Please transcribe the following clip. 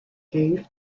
cave